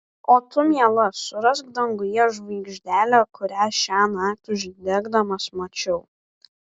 o tu miela surask danguje žvaigždelę kurią šiąnakt užgesdamas mačiau